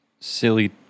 silly